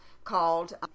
called